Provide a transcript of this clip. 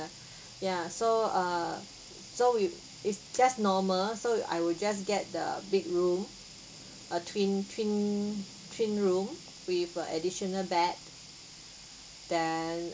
ya so err so we if just normal so I will just get the big room a twin twin twin room with a additional bed then